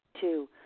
Two